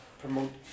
promote